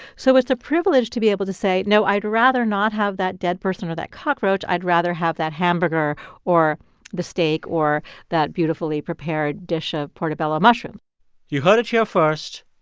so it's a privilege to be able to say, no, i'd rather not have that dead person or that cockroach. i'd rather have that hamburger or the steak or that beautifully prepared dish of portobello mushroom you heard it here first.